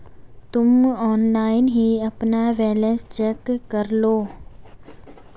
तुम ऑनलाइन ही अपना बैलन्स चेक करलो